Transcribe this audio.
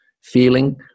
feeling